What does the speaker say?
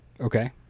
Okay